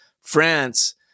France